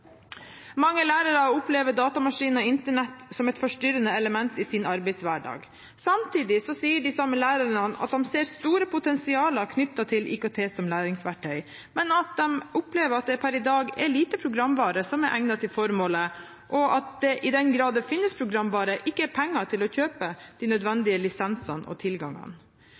Mange lærere opplever datamaskin og Internett som et forstyrrende element i sin arbeidshverdag. Samtidig sier de samme lærerne at de ser store potensial knyttet til IKT som læringsverktøy, men at de opplever at det per i dag er lite programvare som er egnet til formålet, og at det i den grad det finnes programvare, ikke er penger til å kjøpe de